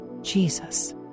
Jesus